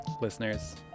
listeners